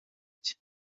cye